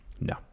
No